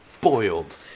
Boiled